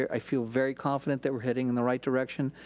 i feel very confident that we're heading in the right direction.